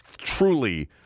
truly